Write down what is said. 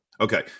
Okay